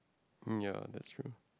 um ya that's true